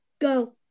go